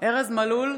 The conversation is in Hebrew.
ארז מלול,